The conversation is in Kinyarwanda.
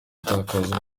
gutakaza